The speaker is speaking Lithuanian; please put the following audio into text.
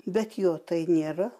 bet jo tai nėra